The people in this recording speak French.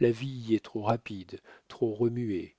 la vie y est trop rapide trop remuée